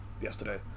yesterday